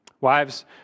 Wives